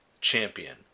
Champion